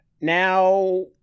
Now